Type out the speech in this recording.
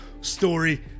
story